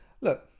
look